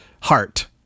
heart